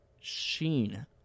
sheen